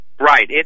Right